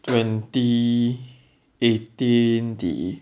twenty eighteen the